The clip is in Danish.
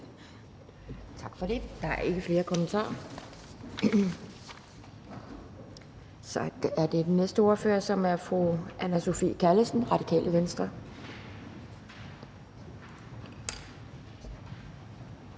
Tak for det. Der er ikke flere kommentarer. Så er det den næste ordfører, som er fru Anne Sophie Callesen, Radikale Venstre.